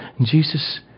Jesus